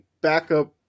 backup